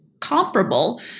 comparable